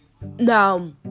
now